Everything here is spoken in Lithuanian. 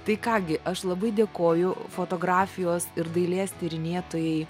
tai ką gi aš labai dėkoju fotografijos ir dailės tyrinėtojai